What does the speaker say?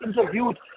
interviewed